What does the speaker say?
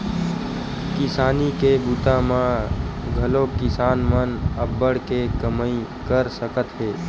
किसानी के बूता म घलोक किसान मन अब्बड़ के कमई कर सकत हे